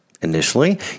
Initially